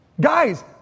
Guys